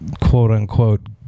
quote-unquote